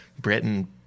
Britain